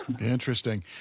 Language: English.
interesting